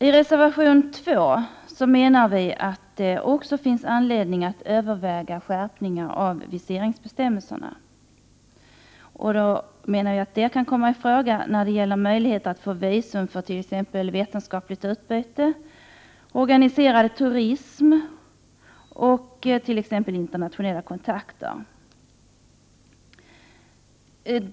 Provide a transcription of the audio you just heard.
I reservation 2 menar vi att det också finns anledning att överväga skärpning av viseringsbestämmelserna. Det kan komma i fråga när det gäller möjligheterna att få visum för t.ex. vetenskapligt utbyte, organiserad turism och internationella konferenser.